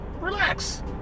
relax